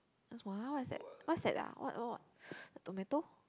what is that what's that ah what what tomato